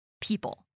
people